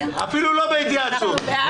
לא בהתייעצות.